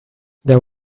there